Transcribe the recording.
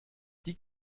die